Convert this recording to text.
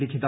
ലിഖിത